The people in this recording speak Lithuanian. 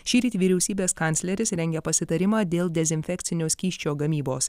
šįryt vyriausybės kancleris rengia pasitarimą dėl dezinfekcinio skysčio gamybos